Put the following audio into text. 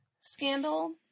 scandal